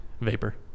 vapor